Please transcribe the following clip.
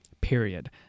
period